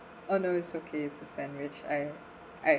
oh no it's okay it's a sandwich I I